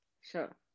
Sure